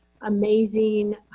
amazing